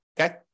okay